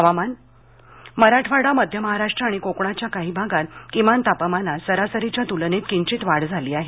हवामान मराठवाडा मध्य महाराष्ट्र आणि कोकणाच्या काही भागात किमान तापमानात सरासरीच्या तुलनेत किंचित वाढ झाली आहे